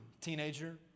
teenager